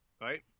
right